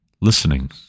listening